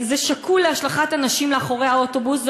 זה שקול להשלכת הנשים לאחורי האוטובוס.